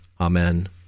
Amen